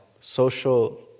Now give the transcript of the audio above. social